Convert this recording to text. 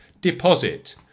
deposit